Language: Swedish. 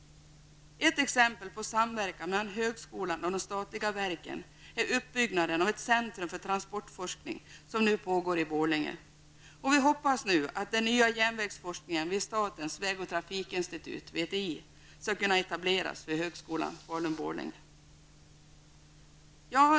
Ett exempel på samverkan mellan högskolan och de statliga verken är uppbyggnaden av ett centrum för transportforskning som nu pågår i Borlänge. Vi hoppas nu att den nya järnvägsforskningen vid statens väg och trafikinstitut -- VTI -- skall kunna etableras vid högskolan i Falun/Borlänge.